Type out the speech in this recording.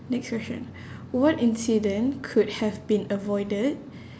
next question what incident could have been avoided